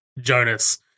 Jonas